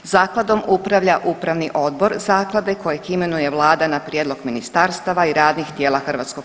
Zakladom upravlja Upravni odbor zaklade kojeg imenuje vlada na prijedlog ministarstava i radnih tijela HS.